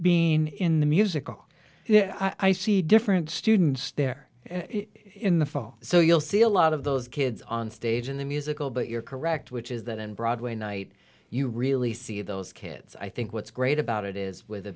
being in the musical i see different students there in the fall so you'll see a lot of those kids on stage in the musical but you're correct which is that on broadway night you really see those kids i think what's great about it is with a